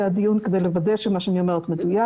הדיון כדי לוודא שמה שאני אומרת מדויק